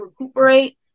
recuperate